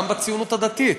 גם בציונות הדתית,